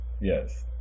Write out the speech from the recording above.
yes